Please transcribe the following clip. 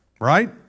right